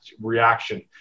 reaction